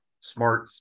smart